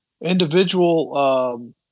individual